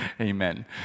Amen